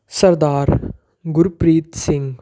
Sardar Gurpreet Singh